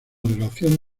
relación